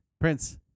Prince